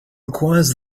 requires